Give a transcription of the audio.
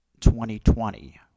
2020